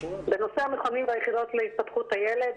בנושא המכונים ביחידות להתפתחות הילד,